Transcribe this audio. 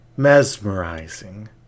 Mesmerizing